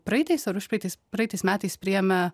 praeitais ar užpraeitais praeitais metais priėmė